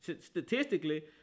statistically